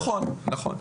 נכון.